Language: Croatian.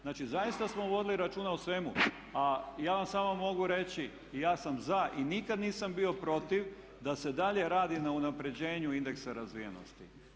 Znači zaista smo vodili računa o svemu, a ja vam samo mogu reći i ja sam za i nikad nisam bio protiv da se dalje radi na unaprjeđenju indeksa razvijenosti.